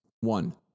One